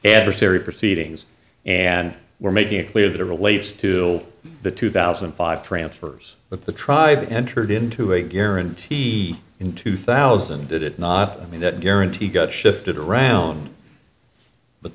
adversary proceedings and we're making it clear that it relates to the two thousand and five transfers but the tribe entered into a guarantee in two thousand did it not mean that guarantee got shifted around but